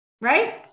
right